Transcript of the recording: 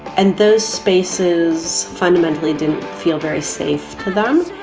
and those spaces fundamentally didn't feel very safe to them.